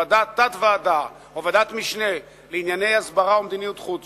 תת-ועדה או ועדת משנה לענייני הסברה ומדיניות חוץ,